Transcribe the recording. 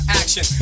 action